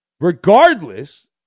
Regardless